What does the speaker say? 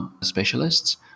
specialists